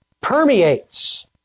permeates